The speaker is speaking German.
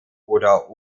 oder